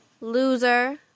Loser